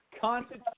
constant